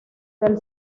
del